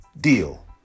deal